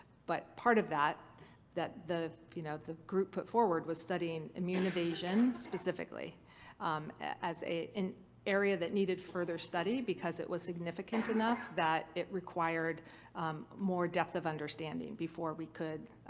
but part of that that the you know the group put forward was studying immune evasion specifically as an area that needed further study, because it was significant enough that it required more depth of understanding before we could.